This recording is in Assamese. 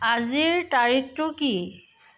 আজিৰ তাৰিখটো কি